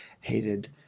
hated